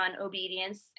obedience